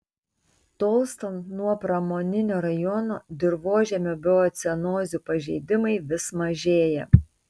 tolstant nuo pramoninio rajono dirvožemio biocenozių pažeidimai vis mažėja